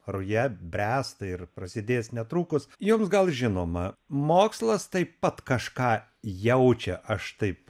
ruja bręsta ir prasidės netrukus jums gal žinoma mokslas taip pat kažką jaučia aš taip